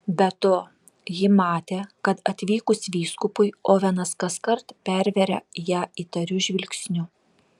be to ji matė kad atvykus vyskupui ovenas kaskart perveria ją įtariu žvilgsniu